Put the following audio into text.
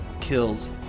kills